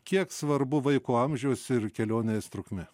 kiek svarbu vaiko amžius ir kelionės trukmė